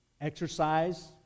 exercise